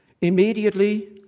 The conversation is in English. immediately